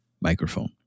microphone